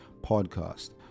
podcast